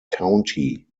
county